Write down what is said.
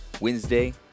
Wednesday